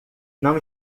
não